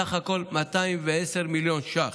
ובסך הכול 210 מיליון ש"ח.